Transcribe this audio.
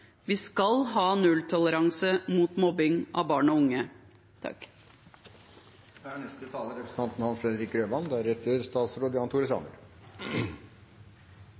Vi skal ha nulltoleranse for mobbing av barn og unge.